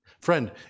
Friend